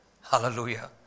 Hallelujah